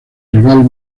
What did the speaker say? rival